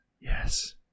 yes